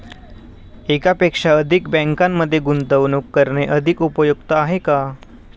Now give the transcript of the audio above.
एकापेक्षा अधिक बँकांमध्ये गुंतवणूक करणे अधिक उपयुक्त आहे का?